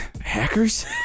Hackers